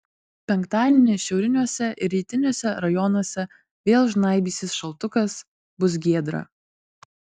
penktadienį šiauriniuose ir rytiniuose rajonuose vėl žnaibysis šaltukas bus giedra